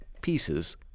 pieces